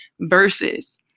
verses